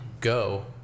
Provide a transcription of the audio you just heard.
go